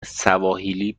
سواحیلی